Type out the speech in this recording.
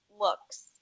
looks